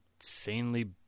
insanely